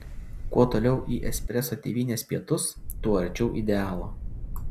kuo toliau į espreso tėvynės pietus tuo arčiau idealo